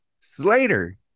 Slater